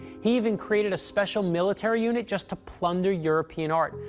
he even created a special military unit just to plunder european art,